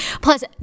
Plus